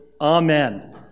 Amen